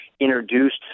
introduced